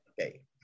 Okay